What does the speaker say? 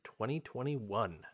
2021